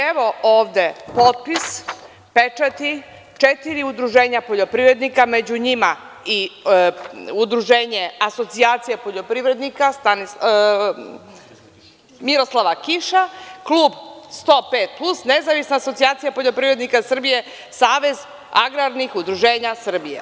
Evo, ovde potpis, pečati, četiri udruženja poljoprivrednika, među njima i Udruženje „Asocijacija poljoprivrednika“ Miroslava Kiša, Klub 105 plus, Nezavisna asocijacija poljoprivrednika Srbije, Savez agrarnih udruženja Srbije.